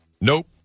Nope